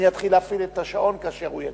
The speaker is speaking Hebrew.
אני אתחיל להפעיל את השעון כשהוא יגיע.